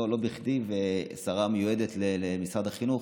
לא בכדי היא השרה המיועדת למשרד החינוך.